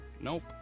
Nope